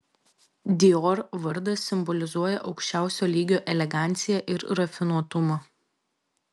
dior vardas simbolizuoja aukščiausio lygio eleganciją ir rafinuotumą